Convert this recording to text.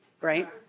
right